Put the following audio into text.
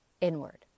inward